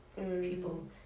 people